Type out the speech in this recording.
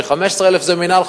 כש-15,000 זה מינהל,